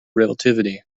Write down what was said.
relativity